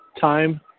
Time